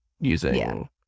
using